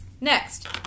next